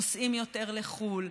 נוסעים יותר לחו"ל,